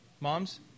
moms